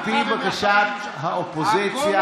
על פי בקשת האופוזיציה,